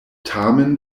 tamen